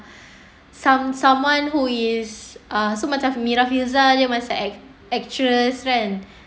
some~ someone who is err so macam mira filzah dia macam act~ actress kan